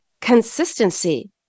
consistency